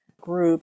group